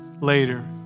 later